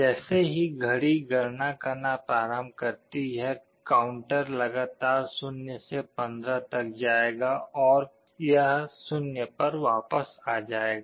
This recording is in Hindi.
जैसे ही घड़ी गणना करना प्रारम्भ करती है काउंटर लगातार 0 से 15 तक जाएगा और फिर से यह 0 पर वापस आ जाएगा